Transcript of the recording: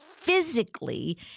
physically